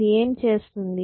ఇది ఏమి చేస్తుంది